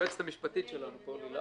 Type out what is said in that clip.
היועצת המשפטית שלנו פה.